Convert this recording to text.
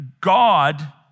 God